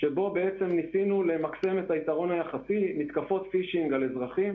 שקשור במתקפות פישינג על אזרחים